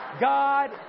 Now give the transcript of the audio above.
God